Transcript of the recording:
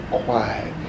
quiet